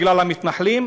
בגלל המתנחלים,